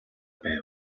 байв